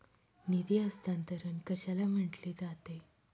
निधी हस्तांतरण कशाला म्हटले जाते?